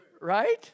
Right